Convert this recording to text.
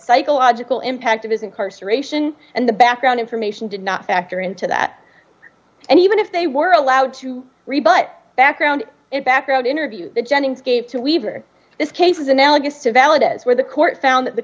psychological impact of his incarceration and the background information did not factor into that and even if they were allowed to rebut background it background interview jennings gave to weaver this case is analogous to valid is where the court found that the